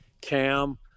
Cam